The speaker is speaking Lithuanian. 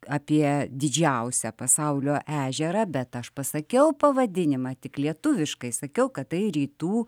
apie didžiausią pasaulio ežerą bet aš pasakiau pavadinimą tik lietuviškai sakiau kad tai rytų